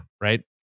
Right